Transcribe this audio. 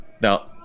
Now